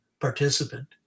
participant